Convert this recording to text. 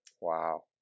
Wow